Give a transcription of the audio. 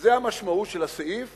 המשמעות של הסעיף